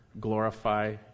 glorify